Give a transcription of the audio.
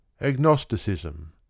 Agnosticism